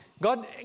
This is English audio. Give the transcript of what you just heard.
God